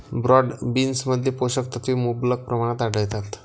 broad बीन्समध्ये पोषक तत्वे मुबलक प्रमाणात आढळतात